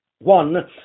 One